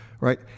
right